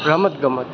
રમતગમત